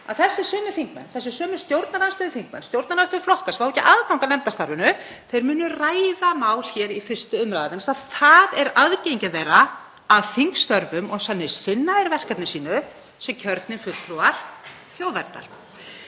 að þessir sömu þingmenn, þessir sömu stjórnarandstöðuþingmenn, stjórnarandstöðuflokkar, sem fá ekki aðgang að nefndastarfinu, þeir munu ræða mál hér í 1. umr. vegna þess að það er aðgengi þeirra að þingstörfum og þannig sinna þeir verkefni sínu sem kjörnir fulltrúar þjóðarinnar.